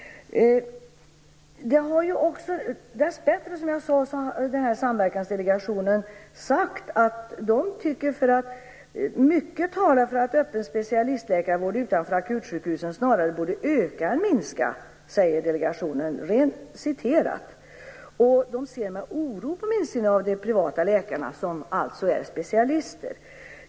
Dessbättre har, som jag sade, Samverkansdelegationen klart sagt att man tycker att mycket talar för att öppen specialistläkarvård utanför akutsjukhusen snarare borde öka än minska. Man ser med oro på minskningen av de privata läkarna, som alltså är specialister.